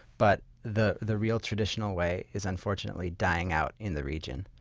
but the the real traditional way is unfortunately dying out in the region.